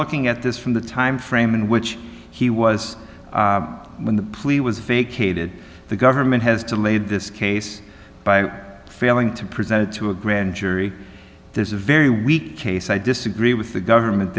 looking at this from the time frame in which he was when the plea was vacated the government has delayed this case by failing to present to a grand jury does a very weak case i disagree with the government